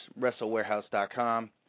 WrestleWarehouse.com